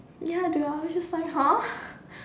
ya dude I was just like